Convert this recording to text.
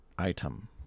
item